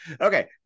okay